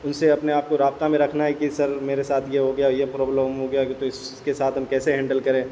ان سے اپنے آپ کو رابطہ میں رکھنا ہے کہ سر میرے ساتھ یہ ہو گیا اور یہ پرابلم ہو گیا تو اس کے ساتھ ہم کیسے ہینڈل کریں